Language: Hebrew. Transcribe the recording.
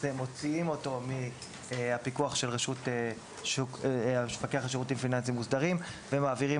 ומוציאים אותה מהפיקוח של המפקח על שירותים פיננסיים מוסדרים ומעבירים